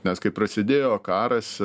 nes kai prasidėjo karas